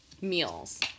meals